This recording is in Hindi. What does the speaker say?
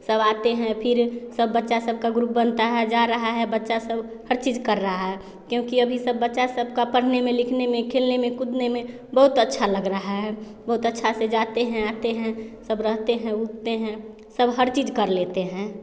सब आते हैं फिर सब बच्चा सब का ग्रुप बनता है जा रहा है बच्चा सब हर चीज़ कर रहा है क्योंकि अभी सब बच्चा सब का पढ़ने में लिखने में खेलने में कूदने में बहुत अच्छा लग रहा है बहुत अच्छे से जाते हैं आते हैं सब रहते हैं उहते हैं सब हर चीज़ कर लेते हैं